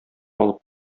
алып